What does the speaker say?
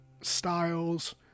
styles